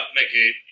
Mickey